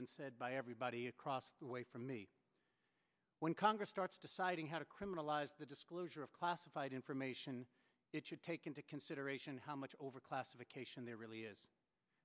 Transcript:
been said by everybody across the way from me when congress starts deciding how to criminalize the disclosure of classified information it should take into consideration how much overclassification there really is